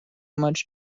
much